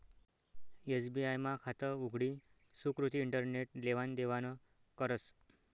SBI मा खातं उघडी सुकृती इंटरनेट लेवान देवानं करस